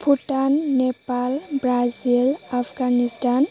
Bhutan Nepal Brazil Afghanistan